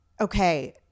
okay